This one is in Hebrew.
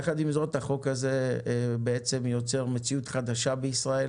יחד עם זאת החוק הזה יוצר מציאות חדשה בישראל